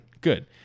Good